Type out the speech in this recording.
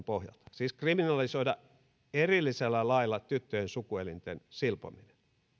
pohjalta siis kriminalisoida erillisellä lailla tyttöjen sukuelinten silpominen